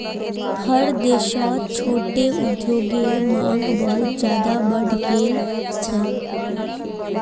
हर देशत छोटो उद्योगेर मांग बहुत ज्यादा बढ़ गेल छेक